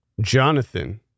Jonathan